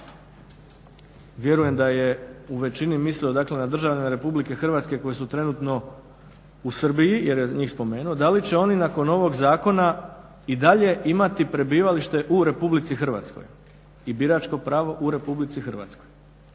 vjerujem da je u većini mislio dakle državljane RH koji su trenutno u Srbiji jer je njih spomenuo da li će oni nakon ovog zakona i dalje imati prebivalište u RH i biračko pravo u RH. dakle ovaj